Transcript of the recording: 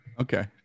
Okay